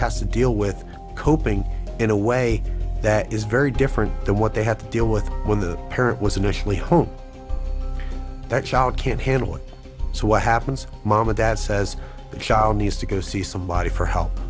has to deal with coping in a way that is very different than what they had to deal with when the parent was initially home that child can't handle it so what happens mama that says the child needs to go see somebody for help